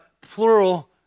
plural